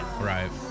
Right